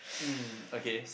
hmm okay